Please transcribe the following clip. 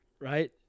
right